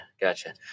Gotcha